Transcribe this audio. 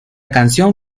canción